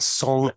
song